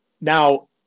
Now